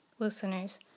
listeners